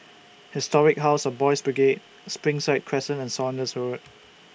Historic House of Boys' Brigade Springside Crescent and Saunders Road